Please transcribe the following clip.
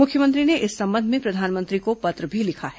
मुख्यमंत्री ने इस संबंध में प्रधानमंत्री को पत्र भी लिखा है